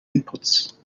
inputs